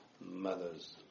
mothers